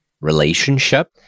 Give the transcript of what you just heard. relationship